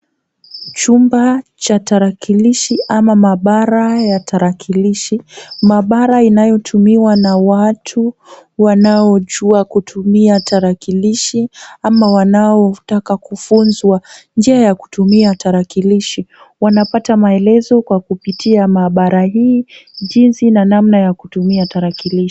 Chumba cha tarakilishi ama mahabara ya tarakilishi. Mahabara inayotumiwa na watu wanaojua kutumia tarakilishi ama wanao taka kufunzwa njia ya kutumia tarakilishi. Wanapata maelezo kwa kupitia mahabara hii jinsi na namna ya kutumia tarakilishi.